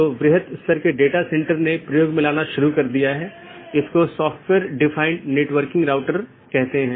यदि स्रोत या गंतव्य में रहता है तो उस विशेष BGP सत्र के लिए ट्रैफ़िक को हम एक स्थानीय ट्रैफ़िक कहते हैं